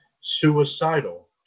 Suicidal